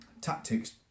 tactics